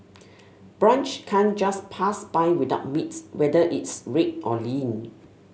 brunch can't just pass by without meat whether it's red or lean